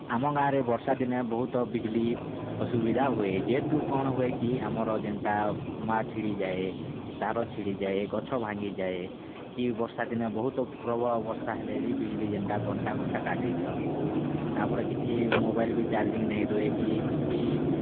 ଆମ ଗାଁରେ ବର୍ଷା ଦିନେ ବହୁତ ବିଜଲି ଅସୁବିଧା ହୁଏ ଯେହେତୁ କ'ଣ ହୁଏ କି ଆମର ଯେନ୍ତା ଖମା ଛିଡ଼ିଯାଏ ତାର ଛିଡ଼ିଯାଏ ଗଛ ଭାଙ୍ଗିଯାଏ କି ବର୍ଷା ଦିନେ ବହୁତ ପ୍ରବଳ ବର୍ଷା ହେଲେବି ବିଜଲି ଯେନଟା ଘଣ୍ଟା ଘଣ୍ଟା କାଟିଦିଅନ୍ତୁ ତା'ପରେ କିଛି ମୋବାଇଲ୍ ବି ଚାର୍ଜିଂ ନାଇଁ ରୁହେ କି କିଛି